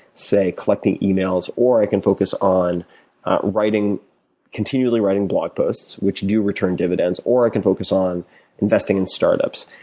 say, collecting yeah e-mails, or i can focus on continually writing blog posts, which do return dividends, or i can focus on investing in startups.